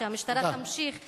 שהמשטרה תמשיך להבליג.